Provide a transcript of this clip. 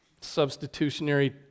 Substitutionary